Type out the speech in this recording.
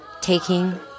taking